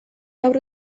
haur